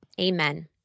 amen